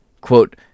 Quote